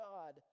God